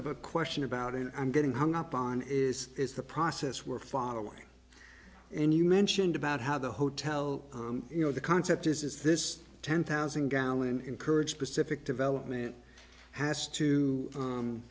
of a question about and i'm getting hung up on is is the process we're following and you mentioned about how the hotel you know the concept is this ten thousand gallon encouraged pacific development has to